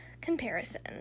comparison